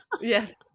Yes